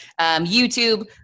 YouTube